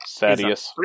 Sadius